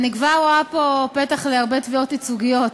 אני כבר רואה פה פתח להרבה תביעות ייצוגיות,